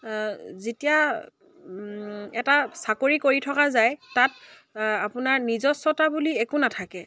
যেতিয়া এটা চাকৰি কৰি থকা যায় তাত আপোনাৰ নিজস্বতা বুলি একো নাথাকে